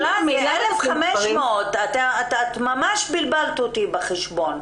זה 1500. ממש בלבלת אותי בחשבון.